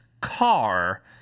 car